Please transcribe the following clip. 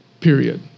period